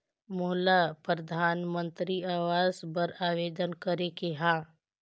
मोला परधानमंतरी आवास बर आवेदन करे के हा?